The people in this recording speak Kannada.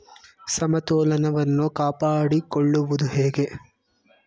ಸಮತೋಲನವನ್ನು ಕಾಪಾಡಿಕೊಳ್ಳುವುದು ಹೇಗೆ?